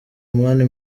mani